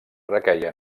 requeia